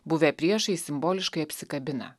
buvę priešai simboliškai apsikabina